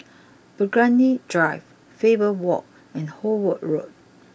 Burgundy Drive Faber walk and Howard Road